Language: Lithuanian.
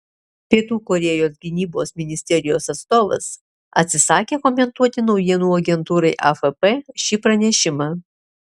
pietų korėjos gynybos ministerijos atstovas atsisakė komentuoti naujienų agentūrai afp šį pranešimą